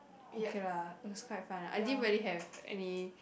okay lah it was quite fun ah I didn't really have any